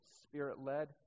spirit-led